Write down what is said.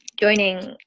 joining